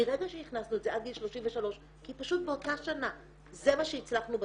מרגע שהכנסנו את זה עד גיל 33 כי פשוט באותה שנה זה מה שהצלחנו בתקציב,